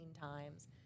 times